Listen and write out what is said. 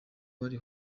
bari